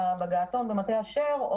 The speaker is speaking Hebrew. בגעתון במטה אשר.